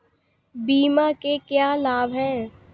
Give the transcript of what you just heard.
बीमा के क्या लाभ हैं?